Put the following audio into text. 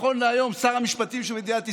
נכון להיום שר המשפטים של מדינת ישראל.